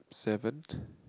seven